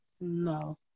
No